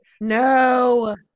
No